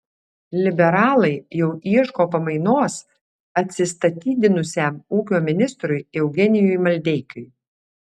liberalai jau ieško pamainos atsistatydinusiam ūkio ministrui eugenijui maldeikiui